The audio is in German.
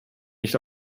nicht